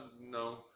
no